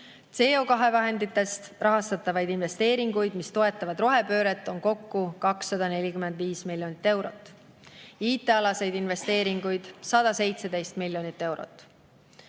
CO2vahenditest rahastatavaid investeeringuid, mis toetavad rohepööret, on kokku 245 miljonit eurot. IT-alaseid investeeringuid on 117 miljonit eurot.